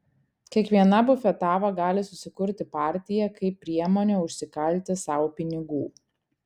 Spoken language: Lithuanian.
kiekviena bufetava gali susikurti partiją kaip priemonę užsikalti sau pinigų